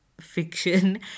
fiction